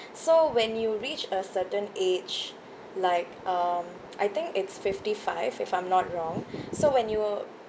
so when you reach a certain age like um I think it's fifty five if I'm not wrong so when you